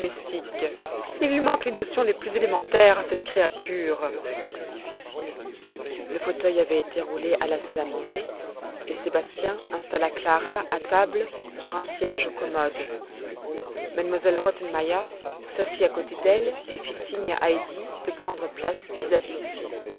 il lui manque les notions les plus élémentaires à cette créature le fauteuil avait été roulé à la salle à manger et sébastien installa clara à table sur un siège commode m elle rottenmeier s'assit à côté d'elle et fit signe à heidi de prendre place vis-à-vis